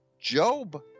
Job